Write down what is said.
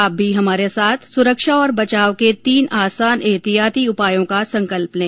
आप भी हमारे साथ सुरक्षा और बचाव के तीन आसान एहतियाती उपायों का संकल्प लें